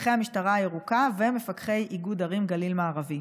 מפקחי המשטרה הירוקה ומפקחי איגוד ערים גליל מערבי.